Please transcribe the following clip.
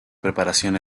preparación